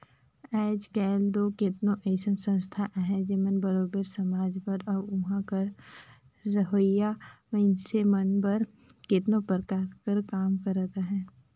आएज काएल दो केतनो अइसन संस्था अहें जेमन बरोबेर समाज बर अउ उहां कर रहोइया मइनसे मन बर केतनो परकार कर काम करत अहें